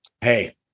Hey